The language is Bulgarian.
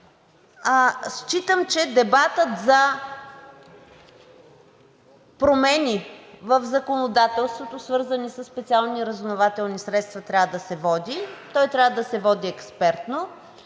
считам, че дебатът за промени в законодателството, свързани със специални разузнавателни средства, трябва да се води, той трябва да се води експертно.